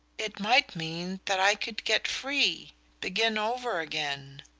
it might mean that i could get free begin over again.